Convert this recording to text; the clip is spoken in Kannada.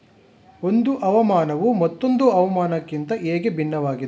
ಒಂದು ಹವಾಮಾನವು ಮತ್ತೊಂದು ಹವಾಮಾನಕಿಂತ ಹೇಗೆ ಭಿನ್ನವಾಗಿದೆ?